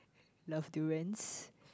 love durians